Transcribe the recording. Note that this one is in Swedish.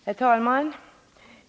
Herr talman!